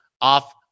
off